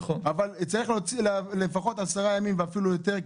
צריך לפחות עשרה ימים ואפילו יותר,